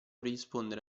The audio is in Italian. rispondere